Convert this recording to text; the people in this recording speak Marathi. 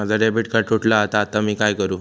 माझा डेबिट कार्ड तुटला हा आता मी काय करू?